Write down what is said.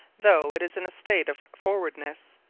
though it is in a state of forwardness.